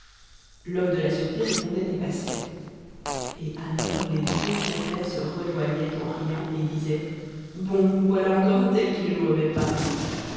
l'homme de la sûreté répondait et passait et alors les deux compères se rejoignaient en riant et disaient bon voilà encore un tel qui ne nous remet pas